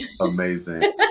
Amazing